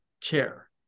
chair